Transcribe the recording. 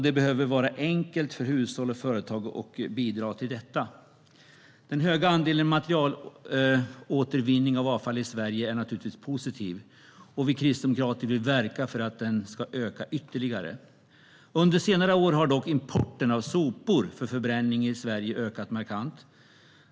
Det behöver vara enkelt för hushåll och företag att bidra till detta. Den höga andelen av materialåtervinning av avfall i Sverige är naturligtvis positiv. Vi kristdemokrater vill verka för att den ska öka ytterligare. Under senare år har dock importen av sopor för förbränning i Sverige ökat markant.